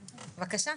בבקשה.